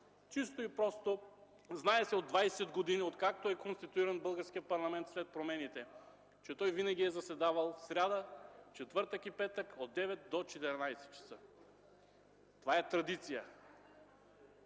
се от двадесет години, откакто е конституиран българският парламент след промените, че той винаги е заседавал сряда, четвъртък и петък от 9,00 до 14,00 ч. Това е традиция.